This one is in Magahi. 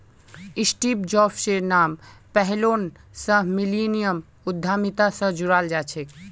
स्टीव जॉब्सेर नाम पैहलौं स मिलेनियम उद्यमिता स जोड़ाल जाछेक